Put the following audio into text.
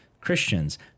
Christians